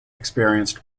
experienced